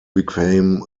became